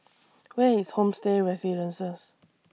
Where IS Homestay Residences